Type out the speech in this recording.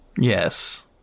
Yes